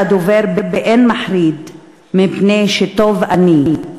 אתה דובר באין מחריד / מפני שטוב אני...